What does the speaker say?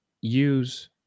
use